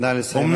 נא לסיים.